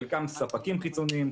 חלקם ספקים חיצונים,